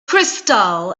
crystal